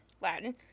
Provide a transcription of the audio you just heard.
Latin